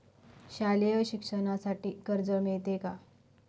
शालेय शिक्षणासाठी कर्ज मिळते का?